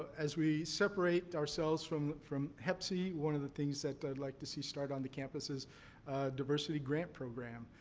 as we separate ourselves from from hepc, one of the things that i'd like to see start on the campus is a diversity grant program,